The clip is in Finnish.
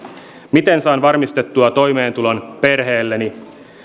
miten saan varmistettua toimeentulon perheelleni